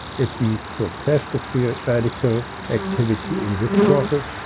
if we suppress the free ah radical activity in this process,